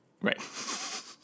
Right